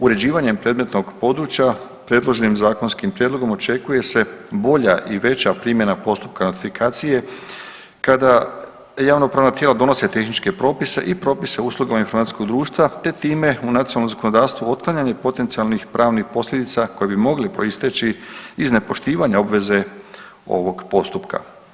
Uređivanje predmetnog područja predloženim zakonskim prijedlogom očekuje se bolja i veća primjena postupka notifikacije kada javnopravna tijela donose tehničke propise i propise o uslugama informacijskog društva te time u nacionalnom zakonodavstvu otklanjanje potencijalnih pravnih posljedica koje bi mogle proisteći iz nepoštivanja obveze ovog postupka.